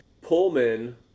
Pullman